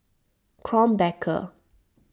Krombacher